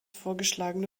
vorgeschlagene